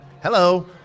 hello